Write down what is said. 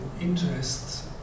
interests